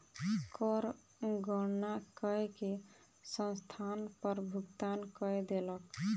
कर गणना कय के संस्थान कर भुगतान कय देलक